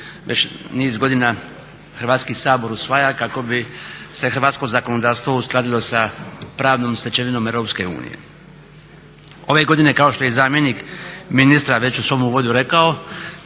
već niz godina Hrvatski sabor usvaja kako bi se hrvatsko zakonodavstvo uskladilo sa pravnom stečevinom Europske unije. Ove godine, kao što je zamjenik ministra već u svom uvodu rekao,